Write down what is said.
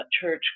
church